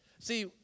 See